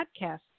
Podcasts